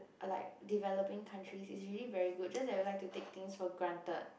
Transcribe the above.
like developing country is really very good just that we like to take things for granted